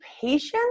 patience